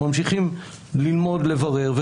ממשיכים ללמוד ולברר,